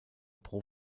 pro